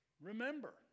remember